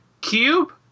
cube